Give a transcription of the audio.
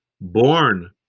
born